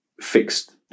fixed